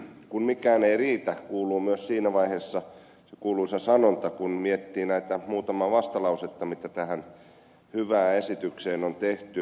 kun mikään ei riitä kuuluu myös siinä vaiheessa se kuuluisa sanonta kun miettii näitä muutamaa vastalausetta mitä tähän hyvään esitykseen on tehty